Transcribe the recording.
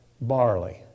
Barley